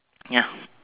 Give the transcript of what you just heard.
ya